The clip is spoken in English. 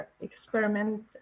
experiment